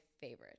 favorite